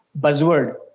buzzword